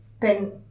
pen